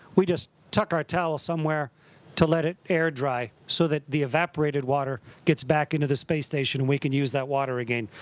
we just tuck our towel somewhere to let it air dry, so that the evaporated water gets back into the space station and we can use that water again.